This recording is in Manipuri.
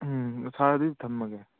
ꯎꯝ ꯁꯥꯔ ꯑꯗꯨꯗꯤ ꯊꯝꯃꯒꯦ